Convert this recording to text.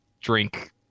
drink